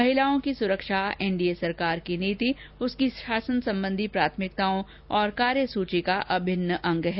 महिलाओं की सुरक्षा एनडीए सरकार की नीति उसकी शासन संबंधी प्राथमिकताओं और कार्य सुची का अभिन्न अंग है